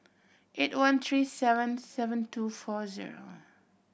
eight one three seven seven two four zero